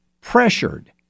pressured